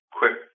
quick